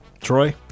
troy